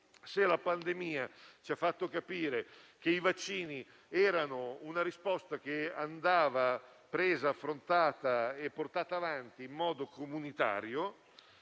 che la pandemia ci ha fatto capire che i vaccini sono la risposta che andava presa, affrontata e portata avanti in modo comunitario,